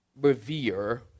revere